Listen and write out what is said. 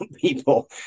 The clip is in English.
people